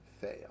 fail